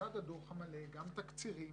לצד הדוח המלא, גם תקצירים